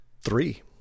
three